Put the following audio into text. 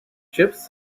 chips